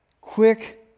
quick